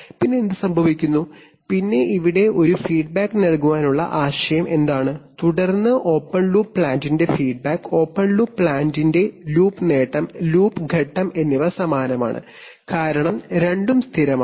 പിന്നെ എന്ത് സംഭവിക്കുന്നു പിന്നെ ഇവിടെ ഒരു ഫീഡ്ബാക്ക് നൽകാനുള്ള ആശയം എന്താണ് തുടർന്ന് ഓപ്പൺ ലൂപ്പ് പ്ലാന്റിന്റെ ഫീഡ്ബാക്ക് ഓപ്പൺ ലൂപ്പ് പ്ലാന്റിന്റെ ലൂപ്പ് നേട്ടം ലൂപ്പ് ഘട്ടം എന്നിവ സമാനമാണ് കാരണം രണ്ടും സ്ഥിരമാണ്